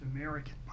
American